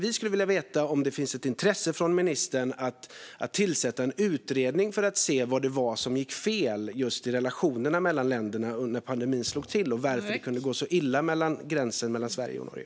Vi skulle vilja veta om det finns ett intresse från ministerns sida av att tillsätta en utredning för att se vad det var som gick fel i relationerna mellan länderna när pandemin slog till och varför det kunde gå så illa när det gäller gränsen mellan Sverige och Norge.